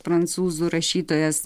prancūzų rašytojas